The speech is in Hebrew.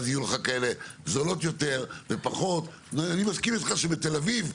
ואז יהיו לך כאלה זולות יותר ופחות ואני מסכים איתך שבתל אביב,